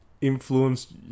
influenced